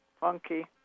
funky